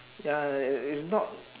ya i~ it's not